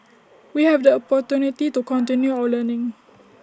we have the opportunity to continue our learning